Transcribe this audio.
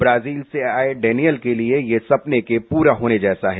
Brazil से आए Daniel के लिए यह सपने के पूरा होने जैसा है